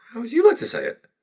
how would you like to say it?